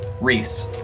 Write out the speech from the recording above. Reese